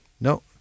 no